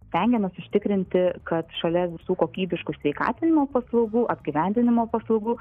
stengiamės užtikrinti kad šalia visų kokybiškų sveikatinimo paslaugų apgyvendinimo paslaugų